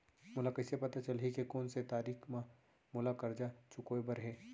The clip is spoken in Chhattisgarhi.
मोला कइसे पता चलही के कोन से तारीक म मोला करजा चुकोय बर हे?